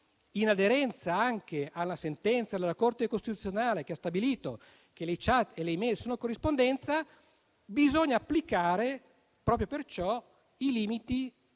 in aderenza anche alla sentenza della Corte costituzionale che ha stabilito che le *chat* e le *e-mail* sono corrispondenza, bisogna applicare proprio per questo i limiti